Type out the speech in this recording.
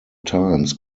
times